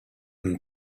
and